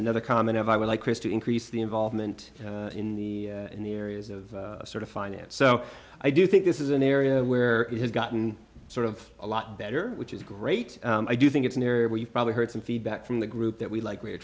another comment if i would like chris to increase the involvement in the in the areas of sort of finance so i do think this is an area where it has gotten sort of a lot better which is great i do think it's an area where you've probably heard some feedback from the group that we like we are